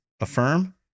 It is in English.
affirm